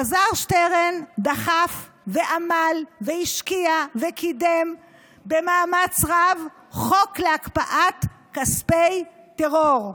אלעזר שטרן דחף ועמל והשקיע וקידם במאמץ רב חוק להקפאת כספי טרור.